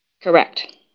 Correct